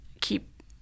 keep